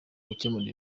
gukemura